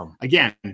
again